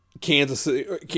Kansas –